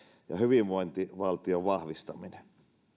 ja hyvinvointivaltion vahvistaminen